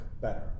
better